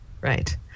Right